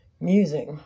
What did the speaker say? music